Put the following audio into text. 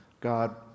God